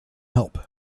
help